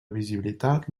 visibilitat